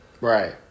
Right